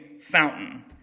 fountain